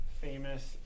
famous